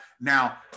Now